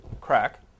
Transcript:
crack